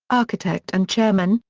architect and chairman,